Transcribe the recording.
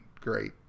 great